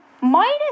minus